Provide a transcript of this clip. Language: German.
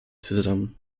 zusammen